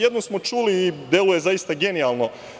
Jednu smo čuli i deluje zaista genijalno.